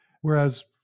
whereas